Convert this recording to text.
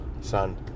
son